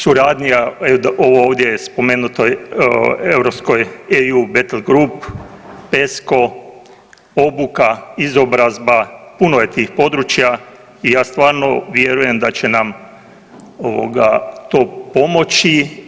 Suradnja ovo ovdje je spomenuto europskoj … grup, Pesco, obuka, izobrazba, puno je tih područja i ja stvarno vjerujem da će nam to pomoći.